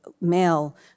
male